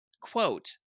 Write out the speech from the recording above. quote